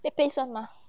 贝贝算吗